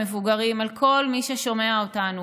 המבוגרים: כל מי ששומע אותנו,